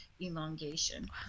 elongation